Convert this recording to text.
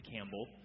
Campbell